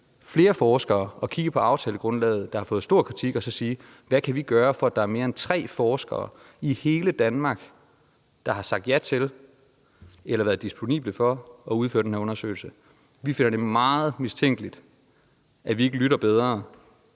flere forskere, så man kan kigge på aftalegrundlaget, der har fået stor kritik, og så sige: Hvad kan vi gøre, for at der er mere end tre forskere i hele Danmark, der siger ja til eller er disponible i forhold til at udføre den her undersøgelse? Vi finder det meget mistænkeligt, at man ikke lytter bedre